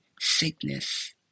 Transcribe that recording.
sickness